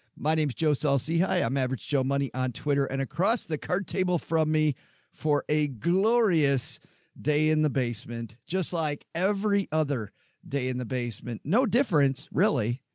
my name's joe selsey. hi. i'm average joe money on twitter and across the card table from me for a glorious day in the basement, just like every other day in the basement. no difference. really.